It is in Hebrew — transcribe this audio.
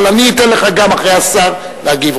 אבל אני אתן לך אחרי השר להגיב.